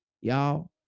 y'all